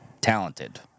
talented